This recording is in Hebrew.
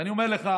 ואני אומר לך,